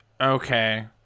Okay